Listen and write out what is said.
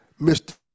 Mr